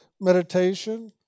meditation